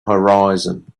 horizon